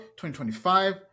2025